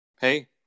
hey